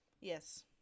Yes